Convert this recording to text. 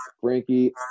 Frankie